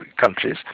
countries